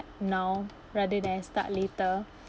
now rather than I start later